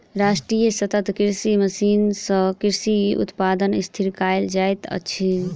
राष्ट्रीय सतत कृषि मिशन सँ कृषि उत्पादन स्थिर कयल जाइत अछि